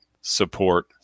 support